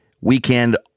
weekend